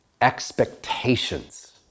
expectations